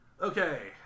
Okay